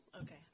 Okay